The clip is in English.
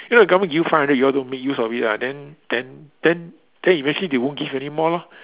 you know the government give you five hundred y'all don't make use of it ah then then then then eventually they won't give you anymore lor